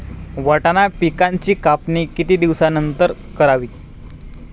वाटाणा पिकांची कापणी किती दिवसानंतर करावी?